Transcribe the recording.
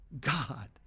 God